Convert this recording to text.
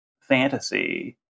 fantasy